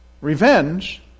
revenge